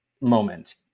moment